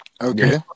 okay